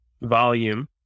volume